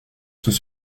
sous